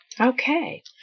Okay